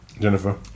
Jennifer